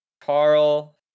Carl